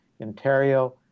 Ontario